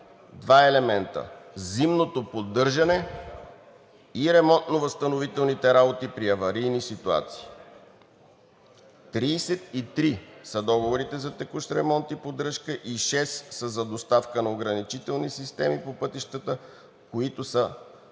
два елемента – зимното поддържане и ремонтно-възстановителните работи при аварийни ситуации. Тридесет и три са договорите за текущ ремонт и поддръжка и шест са за доставка на ограничителни системи по пътищата, които са частично